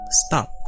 stop